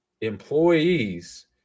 employees